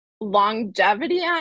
longevity